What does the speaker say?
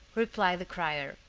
replied the crier,